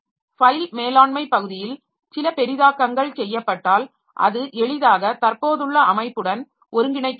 file மேலாண்மை பகுதியில் சில பெரிதாக்கங்கள் செய்யப்பட்டால் அது எளிதாக தற்போதுள்ள அமைப்புடன் ஒருங்கிணைக்கப்படலாம்